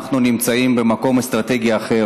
ואנחנו נמצאים במקום אסטרטגי אחר.